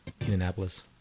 Indianapolis